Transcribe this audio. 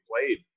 played